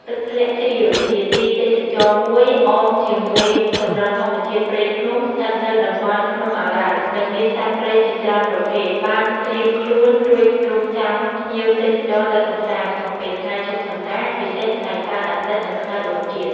ទឹកធ្លាក់ជ្រាវ ជាទីទេសចរណ៍មួយ អមជាមួយសម្រស់ធម្មជាតិព្រៃភ្នំស្ថិតនៅតំបន់ភ្នំឱរ៉ាល់ និងមានសត្វព្រៃជាច្រើនប្រភេទ បានត្រៀមខ្លួនរួចរង់ចាំភ្ញៀវទេសចរទៅកម្សាន្ត ក្នុងពេលថ្ងៃឈប់សម្រាកពិសេសថ្ងៃសៅរ៍ អាទិត្យនិងថ្ងៃបុណ្យជាតិ ។